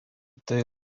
tai